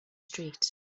street